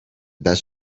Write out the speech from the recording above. best